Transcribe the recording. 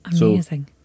Amazing